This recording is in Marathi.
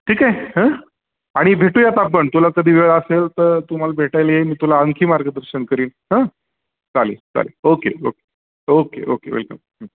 ठीक आहे हां आणि भेटूयात आपण तुला कधी वेळ असेल तर तू मला भेटायला ये मी तुला आणखी मार्गदर्शन करेन हां चालेल चालेल okay okay okay okay welcome